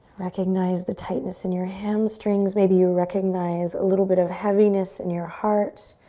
recognize the tightness in your hamstrings. maybe you recognize a little bit of heaviness in your heart.